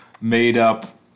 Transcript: made-up